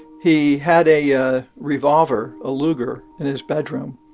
he had a a revolver a luger in his bedroom.